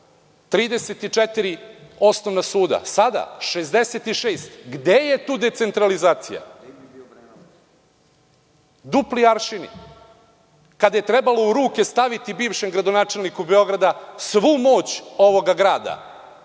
34 osnovna suda, sada 66. Gde je tu decentralizacija? Dupli aršini. Kada je trebalo u ruke staviti bivšem gradonačelniku Beograda svu moć ovoga grada,